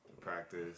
Practice